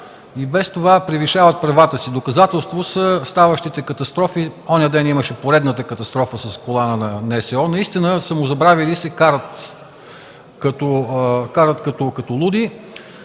и без това превишават правата си. Доказателство са ставащите катастрофи – онзи ден имаше поредната катастрофа с кола на НСО. Наистина самозабравили се, карат като луди